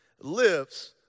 lives